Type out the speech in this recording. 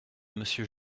monsieur